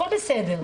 הכול בסדר.